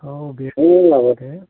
औ बेवहायनो लागायदो